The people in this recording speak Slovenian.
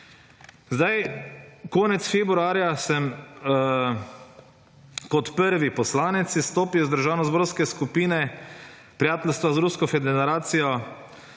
Sedaj konec februarja sem kot prvi poslanec izstopil iz državnozborske skupine prijateljstva z Rusko federacijo.